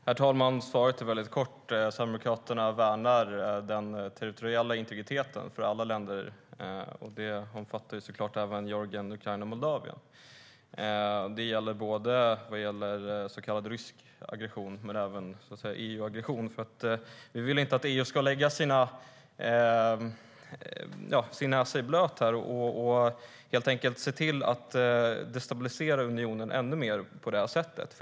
Herr talman! Svaret är väldigt kort. Sverigedemokraterna värnar den territoriella integriteten för alla länder, och det omfattar självklart även Georgien, Ukraina och Moldavien. Det gäller både så kallad rysk aggression men även EU-aggression. Vi vill inte att EU ska lägga sin näsa i blöt här och destabilisera unionen ännu mer på det här sättet.